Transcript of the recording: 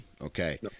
Okay